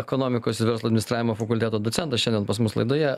ekonomikos ir verslo administravimo fakulteto docentas šiandien pas mus laidoje